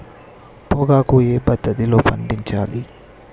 పొగాకు ఏ పద్ధతిలో పండించాలి?